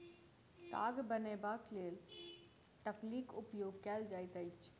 ताग बनयबाक लेल तकलीक उपयोग कयल जाइत अछि